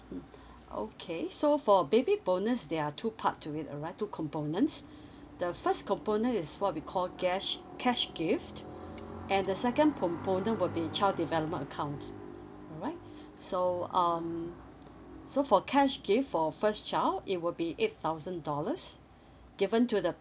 mm okay so for baby bonus there are two part to it alright two components the first component is what we call cash cash gift and the second component will be child development account alright so um so for cash gift for first child it will be eight thousand dollars given to the